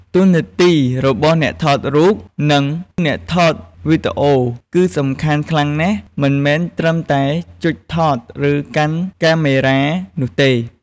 តួនាទីរបស់អ្នកថតរូប និងអ្នកថតវីដេអូគឺសំខាន់ខ្លាំងណាស់ មិនមែនត្រឹមតែចុចថត ឬកាន់កាមេរ៉ានោះទេ។